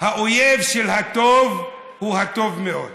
האויב של הטוב הוא הטוב מאוד,